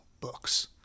books